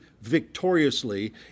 victoriously